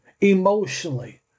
emotionally